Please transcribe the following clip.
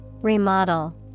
Remodel